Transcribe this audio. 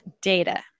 data